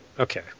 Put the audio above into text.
Okay